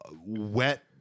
wet